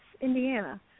Indiana